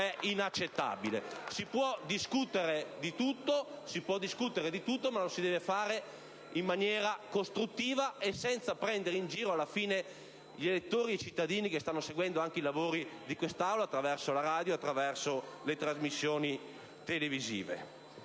opposizioni)*. Si può discutere di tutto, ma lo si deve fare in maniera costruttiva e senza prendere in giro, alla fine, gli elettori e i cittadini che stanno seguendo i lavori di quest'Aula attraverso le trasmissioni radiofoniche e televisive.